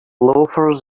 loafers